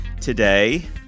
today